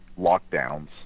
lockdowns